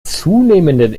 zunehmenden